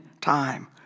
time